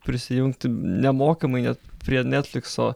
prisijungti nemokamai net prie netflikso